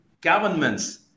governments